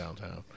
downtown